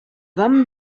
van